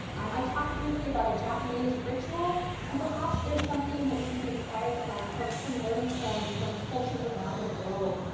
i talked briefly about a japanese ritual and perhaps there's something that we can be inspired from from from learning from from cultures around the globe.